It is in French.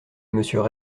monsieur